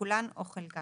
כולן או חלקן,